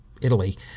Italy